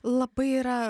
labai yra